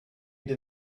did